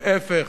להיפך,